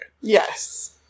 Yes